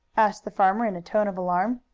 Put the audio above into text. asked the farmer in a tone of alarm.